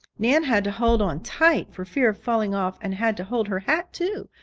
nan had to hold on tight for fear of falling off, and had to hold her hat, too,